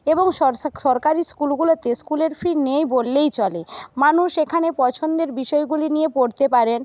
এবং সরসা সরকারি স্কুলগুলোতে স্কুলের ফি নেই বললেই চলে মানুষ এখানে পছন্দের বিষয়গুলি নিয়ে পড়তে পারেন